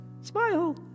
Smile